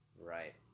Right